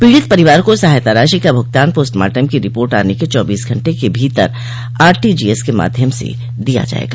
पीड़ित परिवार को सहायता राशि का भूगतान पोस्टमार्टम की रिपोर्ट आने के चौबीस घंटे के भीतर आरटीजीएस के माध्यम से दिया जायेगा